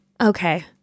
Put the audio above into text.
okay